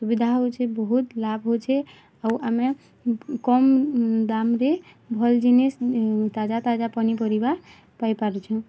ସୁବିଧା ହେଉଛି ବହୁତ୍ ଲାଭ୍ ହେଉଛି ଆଉ ଆମେ କମ୍ ଦାମ୍ ରେ ଭଲ୍ ଜିନିଷ୍ ତାଜା ତାଜା ପନିପରିବା ପାଇପାରୁଛୁଁ